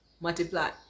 multiply